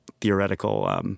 theoretical –